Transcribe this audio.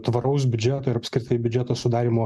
tvaraus biudžeto ir apskritai biudžeto sudarymo